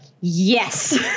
Yes